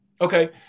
Okay